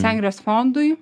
sengirės fondui